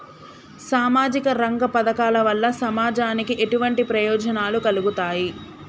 సామాజిక రంగ పథకాల వల్ల సమాజానికి ఎటువంటి ప్రయోజనాలు కలుగుతాయి?